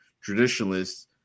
traditionalists